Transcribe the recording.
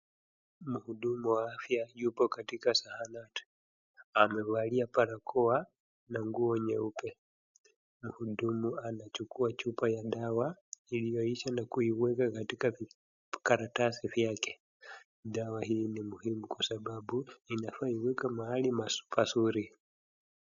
Mhudumu wa afya yupo katika zahanati, amevalia barakoa na nguo nyeupe. Mhudumu anachukua chupa ya dawa iliyoisha na kuiweka katika karatasi vyake. Dawa hii ni muhimu kwa sababu inafaa iwekwe mahali pazuri.